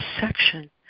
section